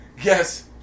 Yes